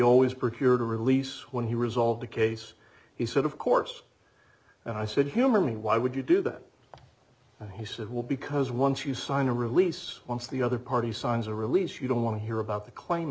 always prepared to release when he resolved the case he said of course and i said humor me why would you do that and he said well because once you sign a release once the other party signs a release you don't want to hear about the claim